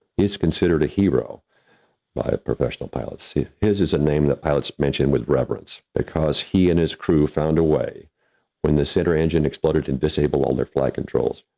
he's considered a hero by professional pilots. yeah his is a name that pilots mentioned with reverence because he and his crew found a way when the center engine exploded to disable all their flight controls,